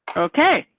okay,